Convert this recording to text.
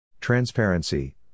Transparency